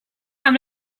amb